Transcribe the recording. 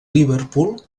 liverpool